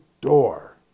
door